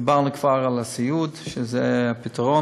דיברנו כבר על הסיעוד, שזה פתרון.